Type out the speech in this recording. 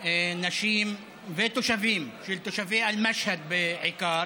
נשים ותושבים, תושבי אל-משהד בעיקר,